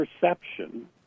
perception